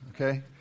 Okay